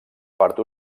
part